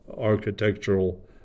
architectural